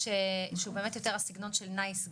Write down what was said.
שהוא באמת יותר הסגנון של נייס גאי,